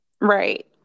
Right